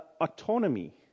autonomy